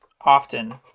often